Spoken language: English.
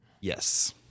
Yes